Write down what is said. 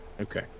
Okay